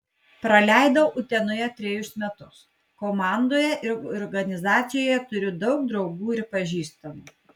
praleidau utenoje trejus metus komandoje ir organizacijoje turiu daug draugų ir pažįstamų